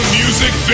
music